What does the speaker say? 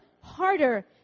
harder